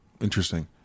Interesting